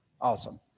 Awesome